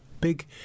big